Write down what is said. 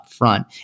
upfront